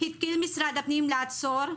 התחיל משרד הפנים לעצור,